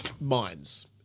minds